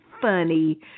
funny